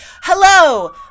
Hello